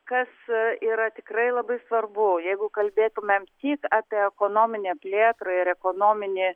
kas yra tikrai labai svarbu jeigu kalbėtumėm tik apie ekonominę plėtrą ir ekonominį